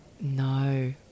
No